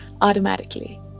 automatically